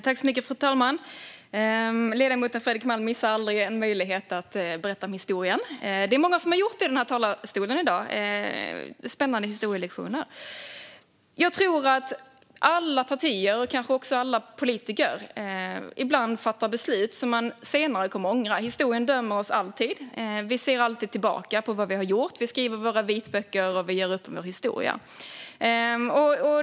Fru talman! Ledamoten Fredrik Malm missar aldrig en möjlighet att berätta om historien. Det är många som har gjort det i talarstolen här i dag - spännande historielektioner. Jag tror att alla partier, kanske också alla politiker, ibland fattar beslut som man senare ångrar. Historien dömer oss alltid. Vi ser alltid tillbaka på vad vi har gjort. Vi skriver våra vitböcker och gör upp med vår historia.